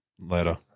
Later